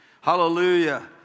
hallelujah